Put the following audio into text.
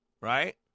right